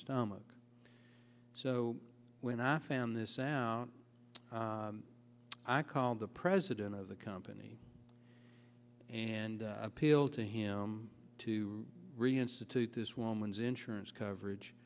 stomach so when i found this out i called the president of the company and appeal to him to reinstitute this woman's insurance coverage